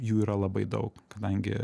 jų yra labai daug kadangi